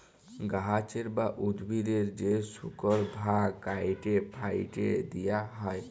গাহাচের বা উদ্ভিদের যে শুকল ভাগ ক্যাইটে ফ্যাইটে দিঁয়া হ্যয়